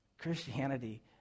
Christianity